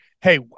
Hey